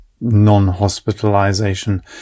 non-hospitalization